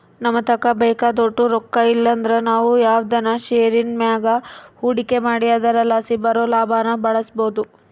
ನಮತಾಕ ಬೇಕಾದೋಟು ರೊಕ್ಕ ಇಲ್ಲಂದ್ರ ನಾವು ಯಾವ್ದನ ಷೇರಿನ್ ಮ್ಯಾಗ ಹೂಡಿಕೆ ಮಾಡಿ ಅದರಲಾಸಿ ಬರೋ ಲಾಭಾನ ಬಳಸ್ಬೋದು